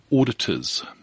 auditors